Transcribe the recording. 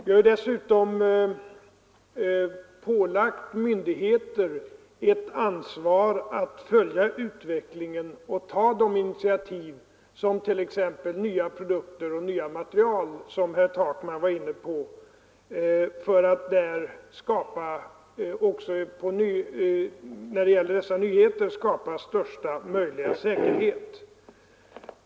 Vi har dessutom ålagt myndigheter ett ansvar att följa utvecklingen och ta de initiativ som t.ex. nya produkter och nya material föranleder — som herr Takman var inne på — för att också när det gäller dessa nyheter skapa största möjliga säkerhet.